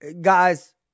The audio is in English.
guys